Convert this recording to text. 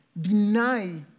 deny